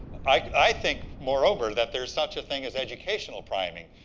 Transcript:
i think, moreover, that there's such a thing as educational priming.